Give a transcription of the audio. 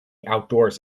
outdoors